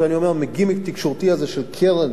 מהגימיק התקשורתי הזה של קרן פרטית